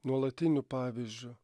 nuolatiniu pavyzdžiu